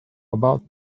about